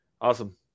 awesome